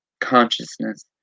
consciousness